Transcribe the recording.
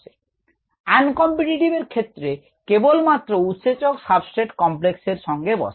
un competitive এর ক্ষেত্রে কেবলমাত্র উৎসেচক সাবস্ট্রেট কমপ্লেস এর সঙ্গে বসে